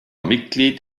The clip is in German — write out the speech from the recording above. mitglied